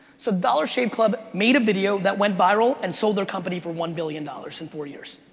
so dollar shave club made a video that went viral and sold their company for one billion dollars in four years.